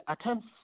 attempts